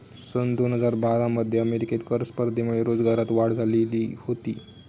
सन दोन हजार बारा मध्ये अमेरिकेत कर स्पर्धेमुळे रोजगारात वाढ झालेली होती